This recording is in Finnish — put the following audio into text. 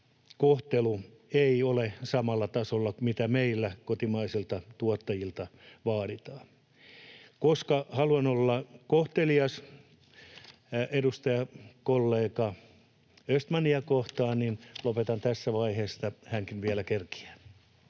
kohtelu ei ole samalla tasolla kuin mitä meillä kotimaisilta tuottajilta vaaditaan. Koska haluan olla kohtelias edustajakollega Östmania kohtaan, niin lopetan tässä vaiheessa, että hänkin vielä kerkiää.